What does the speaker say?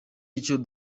icyo